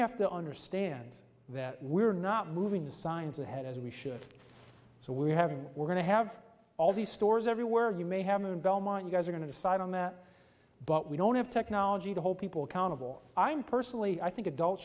have to understand that we're not moving the signs ahead as we should so we're having we're going to have all these stores everywhere you may have in belmont you guys are going to decide on that but we don't have technology to hold people accountable i'm personally i think adults